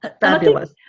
fabulous